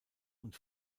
und